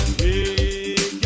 hey